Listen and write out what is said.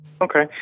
Okay